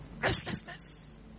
Restlessness